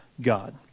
God